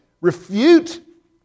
refute